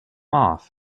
off